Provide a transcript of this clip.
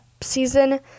season